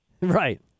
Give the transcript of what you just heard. Right